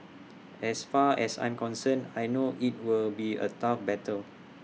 as far as I'm concerned I know IT will be A tough battle